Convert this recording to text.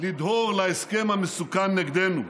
לדהור להסכם המסוכן נגדנו.